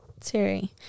Siri